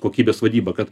kokybės vadybą kad